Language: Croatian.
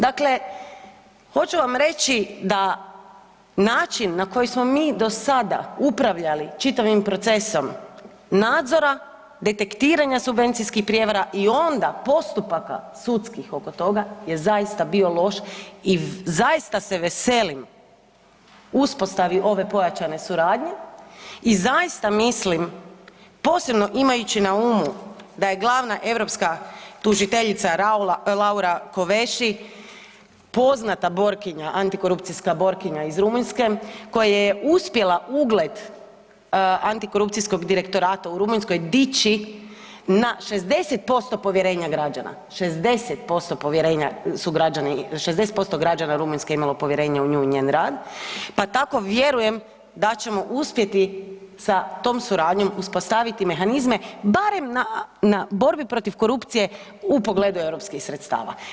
Dakle, hoću vam reći da način na koji smo do sada upravljali čitavim procesom nadzora, detektiranja subvencijskih prijevara i onda postupaka sudskih oko toga je zaista bio loš i zaista se veselim uspostavi ove pojačane suradnje i zaista mislim posebno imajući na umu da je glavna europska tužiteljica Laura Kovesi, poznata borkinja, antikorupcijska borkinja iz Rumunjske koja je uspjela ugled antikorupcijskog direktorata dići na 60% povjerenja građana, 60% povjerenja su građani, 60% građana Rumunjske je imalo povjerenja u nju i njen rad pa tako vjerujem da ćemo uspjeti sa tom suradnjom uspostaviti mehanizme barem na borbi protiv korupcije u pogledu europskih sredstava.